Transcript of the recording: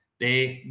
they,